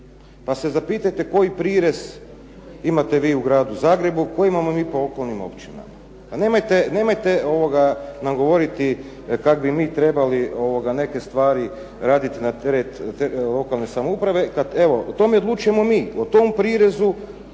Pa se zapitajte koji prirez imate vi u Gradu Zagrebu, koji imamo mi po okolnim općinama? Nemojte nam govoriti kako bi mi trebali neke stvari raditi na teret lokalne samouprave, kad evo, o tome odlučujemo mi. O tom prirezu